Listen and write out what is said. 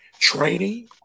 training